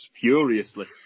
furiously